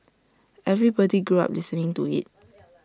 everybody grew up listening to IT